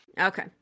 Okay